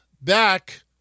back